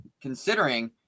considering